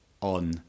on